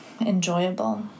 enjoyable